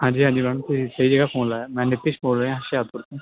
ਹਾਜੀ ਹਾਂਜੀ ਮੈਮ ਤੁਸੀਂ ਸਹੀ ਜਗਾ ਫੋਨ ਲਾਇਆ ਮੈਂ ਨਿਤਿਸ਼ ਬੋਲ ਰਿਹਾ ਹੁਸ਼ਿਆਰਪੁਰ ਤੋਂ